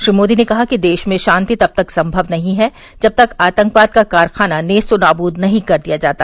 श्री मोदी ने कहा कि देश में शांति तब तक संमव नहीं है जब तक आतंकवाद का कारखाना नेस्तनावृद नहीं कर दिया जाता